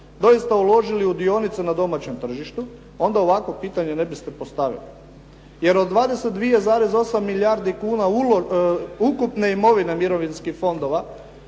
doista uložili u dionice na domaćem tržištu, onda ovakvo pitanje ne biste postavili. Jer od 22,8 milijardi kuna ukupne imovine mirovinskih fondova,